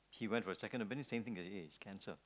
he went to the second opinions same thing it is cancer